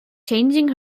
changing